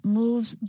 moves